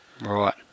Right